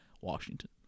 Washington